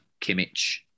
Kimmich